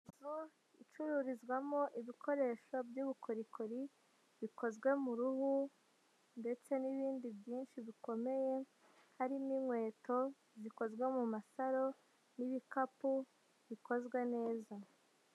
Inzu icururizwamo ibikoresho by'ubukorikori bikozwe mu ruhu ndetse n'ibindi byinshi bikomeye. Harimo inkweto zikozwe mu masaro n'ibikapu bikozwe neza.